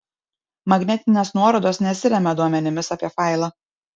magnetinės nuorodos nesiremia duomenimis apie failą